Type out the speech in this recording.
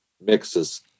mixes